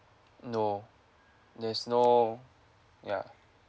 no there's no ya